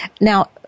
Now